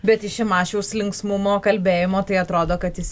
bet iš šimašiaus linksmumo kalbėjimo tai atrodo kad jis